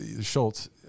Schultz